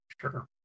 Sure